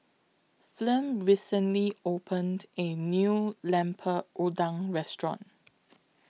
Flem recently opened A New Lemper Udang Restaurant